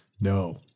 no